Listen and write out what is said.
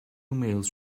males